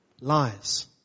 Lies